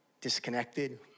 disconnected